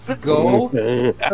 Go